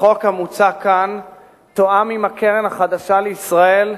החוק המוצע כאן תואם עם הקרן החדשה לישראל,